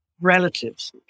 Relatives